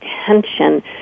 attention